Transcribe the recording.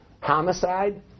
homicide